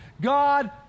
God